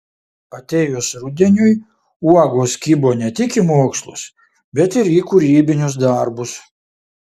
atėjus rudeniui uogos kibo ne tik į mokslus bet ir į kūrybinius darbus